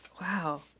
Wow